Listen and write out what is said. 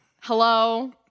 hello